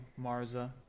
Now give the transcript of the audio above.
Marza